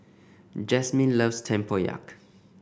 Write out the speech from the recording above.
Jasmine loves tempoyak